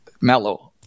mellow